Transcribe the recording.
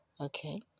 Okay